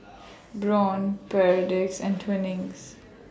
Braun Perdix and Twinings